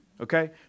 Okay